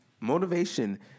Motivation